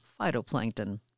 phytoplankton